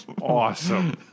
Awesome